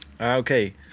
okay